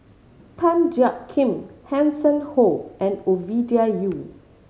Tan Jiak Kim Hanson Ho and Ovidia Yu